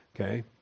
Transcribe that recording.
Okay